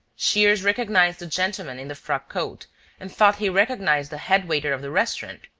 shears recognized the gentleman in the frock-coat and thought he recognized the head-waiter of the restaurant.